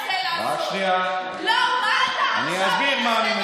מבזה אנשים, משפחות וילדים, אני אענה לך.